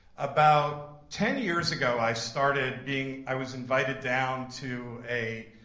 about ten years ago i started being, i was invited down to a